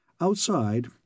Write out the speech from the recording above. Outside